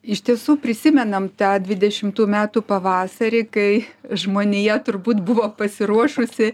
iš tiesų prisimename tą dvidešimtų metų pavasarį kai žmonija turbūt buvo pasiruošusi